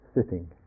sitting